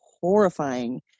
horrifying